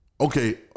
okay